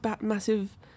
massive